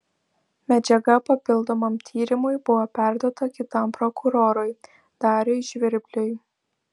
medžiaga papildomam tyrimui buvo perduota kitam prokurorui dariui žvirbliui